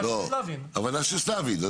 הוועדה של סלבין.